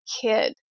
kid